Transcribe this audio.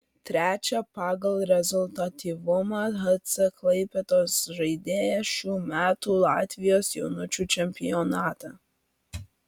trečia pagal rezultatyvumą hc klaipėdos žaidėja šių metų latvijos jaunučių čempionate